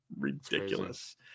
ridiculous